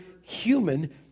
human